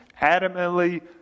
adamantly